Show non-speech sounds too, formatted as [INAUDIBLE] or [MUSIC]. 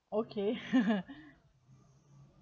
okay [LAUGHS]